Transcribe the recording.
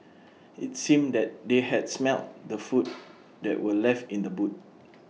IT seemed that they had smelt the food that were left in the boot